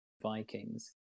Vikings